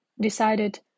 decided